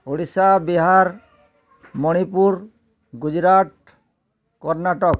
Odisha Bihar Manipur Gujarat Karnataka